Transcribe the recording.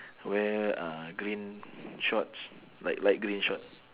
wear uh green shorts like light green short